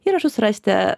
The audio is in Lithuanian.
įrašus rasite